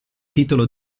titolo